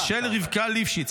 -- ושל רבקה ליפשיץ.